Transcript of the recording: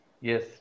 Yes